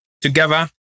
together